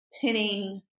pinning